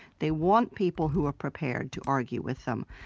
they want people who are prepared to argue with them.